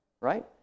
right